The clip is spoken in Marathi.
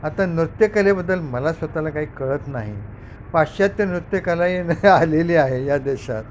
आता नृत्यकलेबद्दल मला स्वतःला काही कळत नाही पाश्चात्य नृत्यकला ये आलेली आहे या देशात